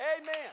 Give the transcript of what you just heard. Amen